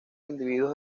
individuos